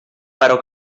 però